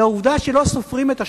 על העובדה שלא סופרים את השבת.